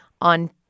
on